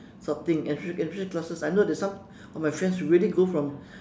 sort of thing enrich~ enrichment classes I know that some of my friends really go from